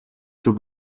зөв